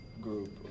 group